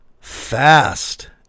fast